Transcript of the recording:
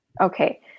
Okay